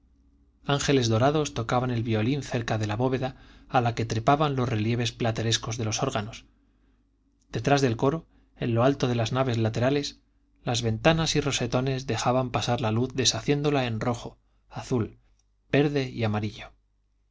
ángeles dorados tocaban el violín cerca de la bóveda a la que trepaban los relieves platerescos de los órganos detrás del coro en lo alto de las naves laterales las ventanas y rosetones dejaban pasar la luz deshaciéndola en rojo azul verde y amarillo